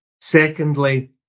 Secondly